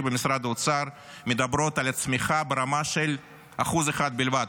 במשרד האוצר מדברות על צמיחה ברמה של 1% בלבד,